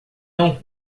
não